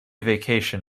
vacation